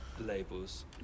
labels